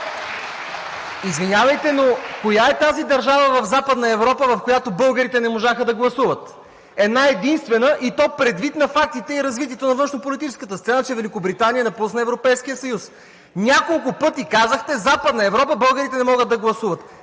Извинявайте, но коя е тази държава в Западна Европа, в която българите не можаха да гласуват? Една-единствена, и то предвид на фактите и развитието на външнополитическата сцена, че Великобритания напусна Европейския съюз. Няколко пъти казахте“ „В Западна Европа – българите не могат да гласуват“.